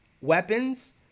weapons